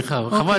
אוקיי, אז, חבל.